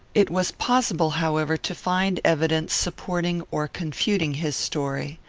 it was possible, however, to find evidence supporting or confuting his story.